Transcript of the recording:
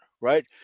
right